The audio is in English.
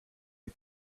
get